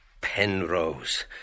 Penrose